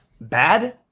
bad